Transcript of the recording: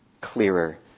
clearer